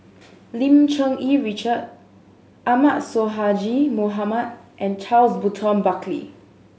Lim Cherng Yih Richard Ahmad Sonhadji Mohamad and Charles Burton Buckley